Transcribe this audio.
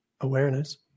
awareness